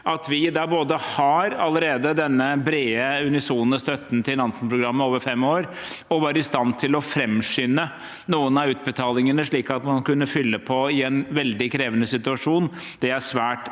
At vi både allerede har denne brede, unisone støtten til Nansen-programmet over fem år og var i stand til å framskynde noen av utbetalingene, slik at man kunne fylle på i en veldig krevende situasjon, er svært